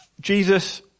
Jesus